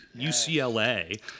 UCLA